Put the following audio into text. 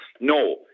No